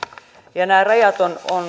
ja nämä rajat